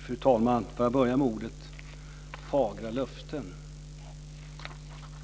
Fru talman! Jag vill börja med att ta upp